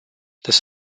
this